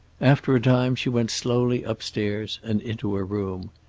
after a time she went slowly upstairs and into her room.